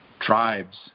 tribes